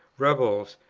rebels,